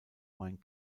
mein